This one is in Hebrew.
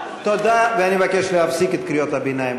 תודה, ואני מבקש להפסיק את קריאות הביניים.